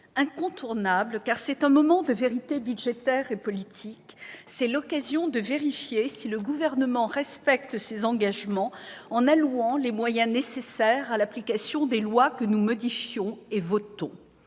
incontournable, car c'est un moment de vérité budgétaire et politique. C'est l'occasion de vérifier si le Gouvernement respecte ses engagements en allouant les moyens nécessaires à l'application de lois que nous votons.